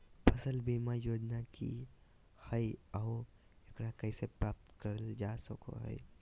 फसल बीमा योजना की हय आ एकरा कैसे प्राप्त करल जा सकों हय?